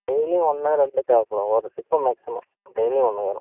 டெய்லியும் ஒன்று ரெண்டு தேவைப்படும் ஒரு சிப்பம் மேக்ஸிமம் டெய்லியும் ஒன்று வேணும்